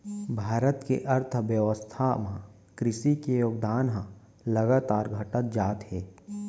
भारत के अर्थबेवस्था म कृसि के योगदान ह लगातार घटत जात हे